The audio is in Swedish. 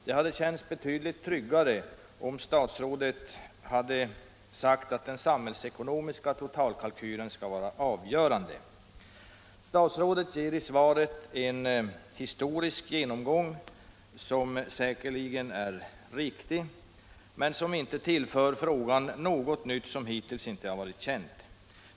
Det hade känts betydligt tryggare om statsrådet sagt att den samhällsekonomiska totalkalkylen skall vara avgörande. Statsrådet ger i svaret en historisk genomgång som säkert är riktig men som inte tillför frågan något nytt som hittills inte varit känt.